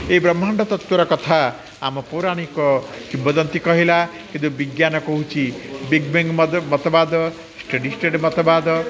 ଏ ବ୍ରହ୍ମାଣ୍ଡ ତତ୍ତ୍ୱର କଥା ଆମ ପୌରାଣିକ କିମ୍ୱଦନ୍ତୀ କହିଲା କିନ୍ତୁ ବିଜ୍ଞାନ କହୁଚି ବିଗ୍ ବେଙ୍ଗ ମତବାଦ ଷ୍ଟେଡ଼ି ଷ୍ଟେଡ଼ ମତବାଦ